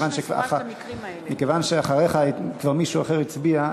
אבל מכיוון שאחריך כבר מישהו הצביע,